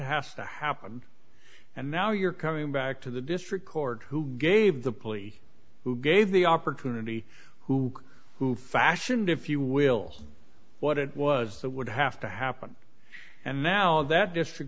has to happen and now you're coming back to the district court who gave the plea who gave the opportunity who who fashioned if you will what it was that would have to happen and now that district